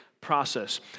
process